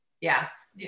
Yes